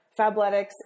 Fabletics